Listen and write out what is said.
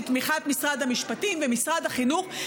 בתמיכת משרד המשפטים ומשרד החינוך.